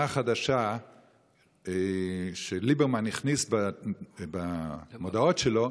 החדשה שליברמן הכניס במודעות שלו: